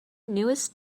newest